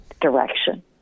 direction